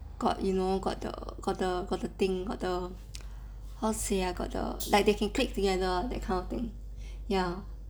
got you know got the got the got the thing got the how to say ah got the like they can click together that kind of thing ya